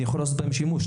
אני יכול לעשות בהם שימוש.